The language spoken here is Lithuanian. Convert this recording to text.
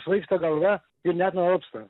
svaigsta galva ji nenualpsta